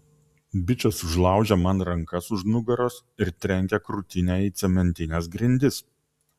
bičas užlaužia man rankas už nugaros ir trenkia krūtinę į cementines grindis